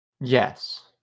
Yes